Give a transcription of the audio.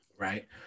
right